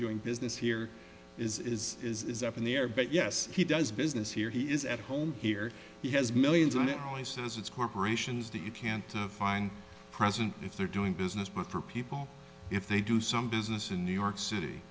doing business here is is up in the air but yes he does business here he is at home here he has millions on it always says it's corporations that you can't find present if they're doing business but for people if they do some business in new york city